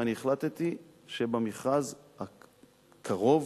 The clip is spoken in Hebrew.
והחלטתי שבמכרז הקרוב,